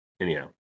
anyhow